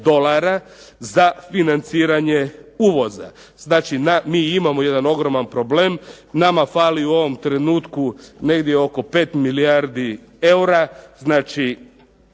dolara za financiranje uvoza. Znači, mi imamo jedan ogroman problem. Nama fali u ovom trenutku negdje oko 5 milijardi eura u